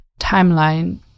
timeline